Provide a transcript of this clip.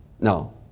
No